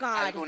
God